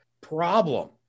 problem